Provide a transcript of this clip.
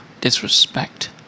disrespect